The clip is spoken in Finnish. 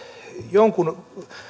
jonkun